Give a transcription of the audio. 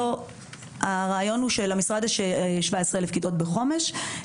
הרעיון הוא שלמשרד יש 17,000 כיתות בחומש.